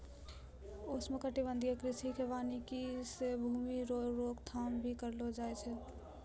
उष्णकटिबंधीय कृषि वानिकी से भूमी रो रोक थाम भी करलो जाय छै